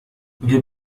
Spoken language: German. wir